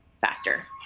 faster